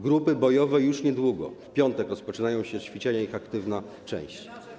Grupy bojowe już niedługo, w piątek rozpoczynają ćwiczenia, ich aktywną część.